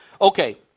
Okay